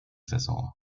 saison